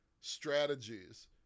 strategies